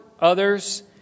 others